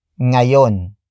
ngayon